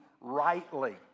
rightly